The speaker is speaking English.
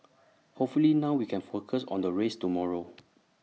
hopefully now we can focus on the race tomorrow